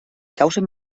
causen